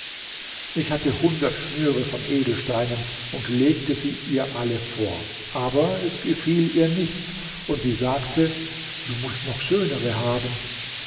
ich hatte hundert schnüre von edelsteinen und legte sie ihr alle vor aber es gefiel ihr nichts und sie sagte du mußt noch schönere haben